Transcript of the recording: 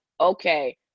okay